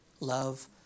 Love